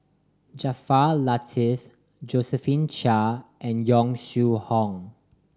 Jaafar Latiff Josephine Chia and Yong Shu Hoong